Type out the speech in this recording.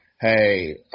Hey